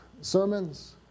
sermons